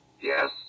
Yes